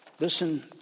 listen